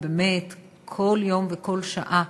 ובאמת כל יום וכל שעה,